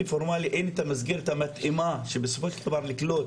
פורמלי אין את המסגרת המתאימה בסופו של דבר לקלוט